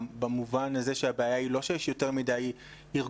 במובן הזה שהבעיה היא לא שיש יותר מדי ארגונים